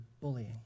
bullying